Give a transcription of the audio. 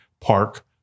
Park